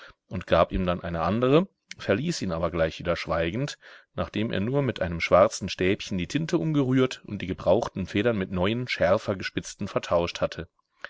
und gab ihm dann eine andere verließ ihn aber gleich wieder schweigend nachdem er nur mit einem schwarzen stäbchen die tinte umgerührt und die gebrauchten federn mit neuen schärfer gespitzten vertauscht hatte